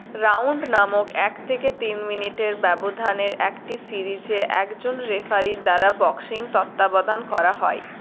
round নামক এক থেকে তিন মিনিটের ব্যবধানের একটি সিরিজে একজন রেফারির দ্বারা বক্সিং তত্ত্বাবধান করা হয়